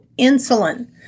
insulin